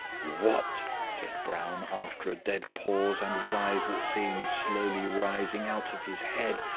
what, said brown, after a dead pause, and with eyes that seemed slowly rising out of his head,